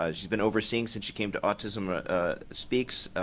ah has been overseeing since she came to autism speaks.